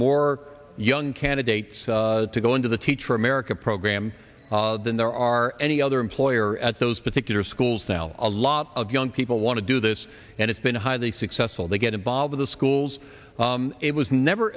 more young candidates to go into the teach for america program than there are any other employer at those particular schools now a lot of young people want to do this and it's been highly successful they get involved in the schools it was never